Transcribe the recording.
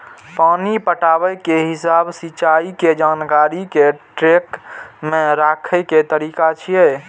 पानि पटाबै के हिसाब सिंचाइ के जानकारी कें ट्रैक मे राखै के तरीका छियै